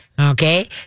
Okay